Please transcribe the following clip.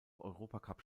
europacup